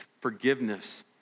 forgiveness